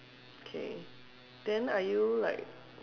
okay then are you like